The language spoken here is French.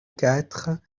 quatre